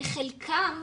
לחלקם